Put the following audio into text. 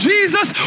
Jesus